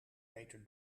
meter